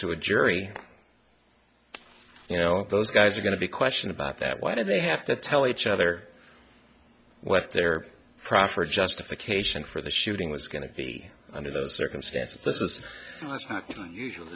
to a jury you know those guys are going to be question about that why did they have to tell each other what their proper justification for the shooting was going to be under the circumstances